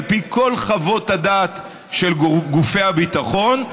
על פי כל חוות הדעת של גופי הביטחון,